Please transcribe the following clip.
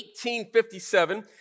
1857